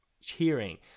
cheering